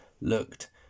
looked